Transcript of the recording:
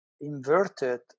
inverted